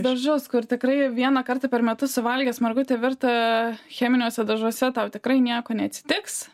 dažus kur tikrai vieną kartą per metus suvalgęs margutį virtą cheminiuose dažuose tau tikrai nieko neatsitiks